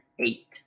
Eight